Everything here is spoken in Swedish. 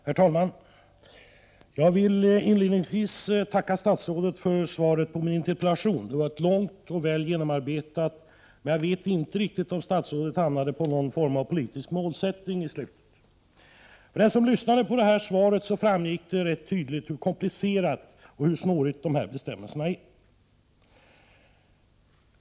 Herr talman! Jag vill inledningsvis tacka statsrådet för svaret på min interpellation. Det var långt och väl genomarbetat, men jag vet inte riktigt om statsrådet hamnade på någon form av politisk målsättning i slutet. För den som lyssnade på svaret framgick det tydligt hur komplicerat det hela är och hur snåriga bestämmelserna är.